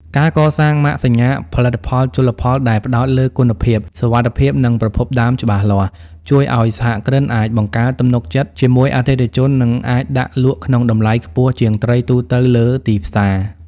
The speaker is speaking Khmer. ការកសាងម៉ាកសញ្ញាផលិតផលជលផលដែលផ្ដោតលើ "គុណភាព សុវត្ថិភាព និងប្រភពដើមច្បាស់លាស់" ជួយឱ្យសហគ្រិនអាចបង្កើតទំនុកចិត្តជាមួយអតិថិជន និងអាចដាក់លក់ក្នុងតម្លៃខ្ពស់ជាងត្រីទូទៅលើទីផ្សារ។